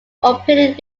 operated